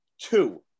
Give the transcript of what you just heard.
Two